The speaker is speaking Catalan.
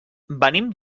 venim